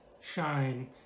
shine